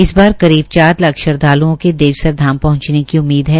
इस बार करीब चार लाख श्रद्धालुओं के देवसर धाम पहुंचने की उम्मीद हैं